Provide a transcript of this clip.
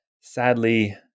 sadly